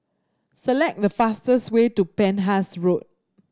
select the fastest way to Penhas Road